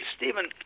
Stephen